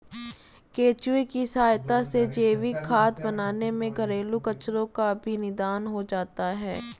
केंचुए की सहायता से जैविक खाद बनाने में घरेलू कचरो का भी निदान हो जाता है